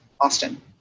Austin